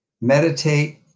meditate